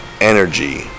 energy